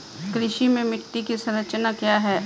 कृषि में मिट्टी की संरचना क्या है?